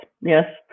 Yes